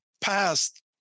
past